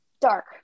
dark